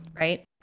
Right